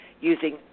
using